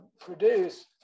produce